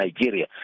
Nigeria